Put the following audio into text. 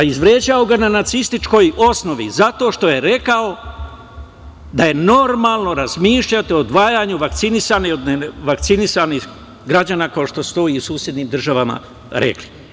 Izvređao ga je na nacističkoj osnovi, zato što je rekao da je normalno razmišljati o odvajanju vakcinisanih od nevakcinisanih građana, kao što su to i u susednim državama rekli.